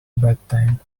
bedtime